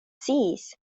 sciis